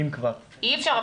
אי-אפשר.